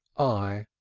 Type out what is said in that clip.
i!